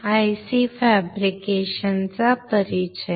हाय